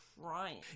crying